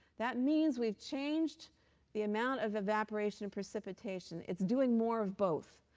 that means we've changed the amount of evaporation and precipitation. it's doing more of both.